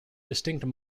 distinct